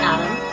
Adam